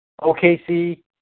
OKC